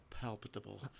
palpable